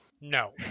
No